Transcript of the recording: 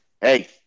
hey